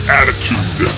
attitude